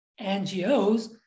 NGOs